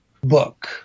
book